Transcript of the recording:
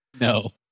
No